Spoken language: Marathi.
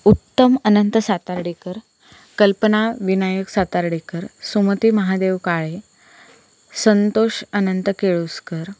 उत्तम अनंत सातार्डेकर कल्पना विनायक सातार्डेकर सुमती महादेव काळे संतोष अनंत केळुसकर